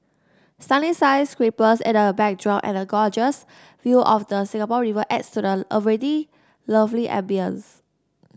stunning sky scrapers in the a backdrop and a gorgeous view of the Singapore River adds to the already lovely ambience